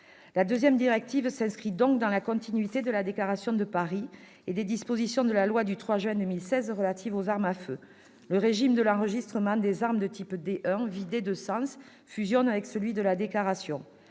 La seconde directive s'inscrit donc dans la continuité de la déclaration de Paris et des dispositions de la loi du 3 juin 2016 relatives aux armes à feu. Le régime de l'enregistrement des armes de type D1, vidé de sens, fusionne avec celui de la déclaration.